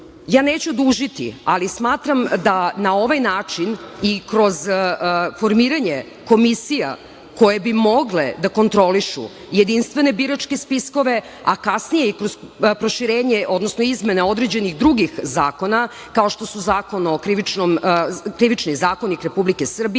neću dužiti, ali smatram da na ovaj način i kroz formiranje komisija koje bi mogle da kontrolišu jedinstvene biračke spiskove, a kasnije i kroz proširenje, odnosno izmene određenih drugih zakona, kao što su Krivični zakonik Republike Srbije